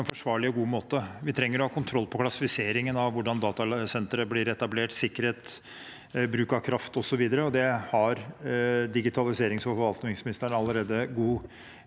Vi trenger å ha kontroll på klassifiseringen av hvordan datasentre blir etablert – sikkerhet, bruk av kraft, osv. Det har digitaliserings- og forvaltningsministeren allerede god